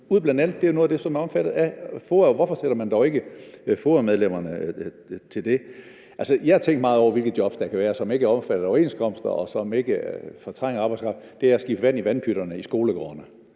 jo bl.a. noget af det, som er omfattet af FOA. Hvorfor sætter man dog ikke FOA-medlemmerne til det? Jeg har tænkt meget over, hvilke job der kan være, som ikke er omfattet af overenskomster, og som ikke fortrænger arbejdskraft, og det eneste er at skifte vand i vandpytterne i skolegårdene.